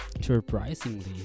surprisingly